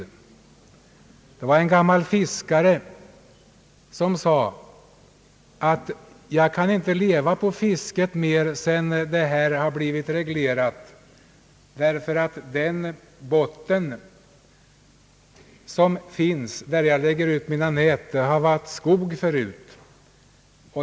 Det var en gammal fiskare som sade: »Jag kan inte leva på fisket mer sedan vattnet blivit reglerat, därför att bottnen där jag lägger ut mina nät har varit skog förut.